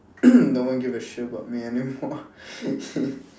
no one give a shit about me anymore